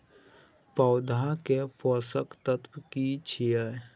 पौधा के पोषक तत्व की छिये?